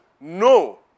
no